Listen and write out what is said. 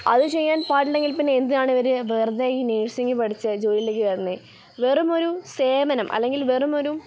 അത് ചെയ്യാൻ പാടില്ലെങ്കിൽ പിന്നെ എന്തിനാണ് ഇവർ വെറുതെ ഈ നേഴ്സിങ്ങ് പഠിച്ച് ജോലിയിലേക്ക് കയറുന്നത് വെറും ഒരു സേവനം അല്ലെങ്കിൽ വെറുമൊരു